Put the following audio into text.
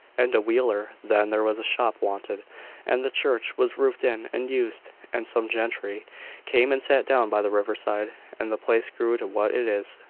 and a wheeler. then there was a shop wanted and the church was roofed in and used and some gentry came and sat down by the river side and the place grew to what it is.